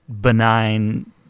benign